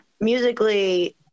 musically